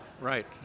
right